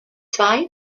zwei